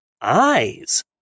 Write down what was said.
Eyes